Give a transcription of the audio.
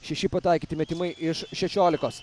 šeši pataikyti metimai iš šešiolikos